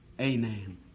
Amen